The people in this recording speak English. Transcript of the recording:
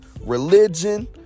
religion